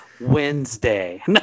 Wednesday